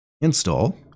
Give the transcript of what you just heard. install